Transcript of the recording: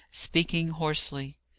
speaking hoarsely.